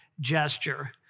gesture